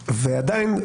ועדיין,